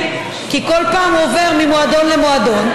כי כל פעם הם עוברים ממועדון למועדון,